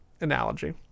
analogy